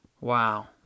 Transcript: wow